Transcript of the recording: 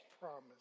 promise